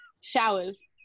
showers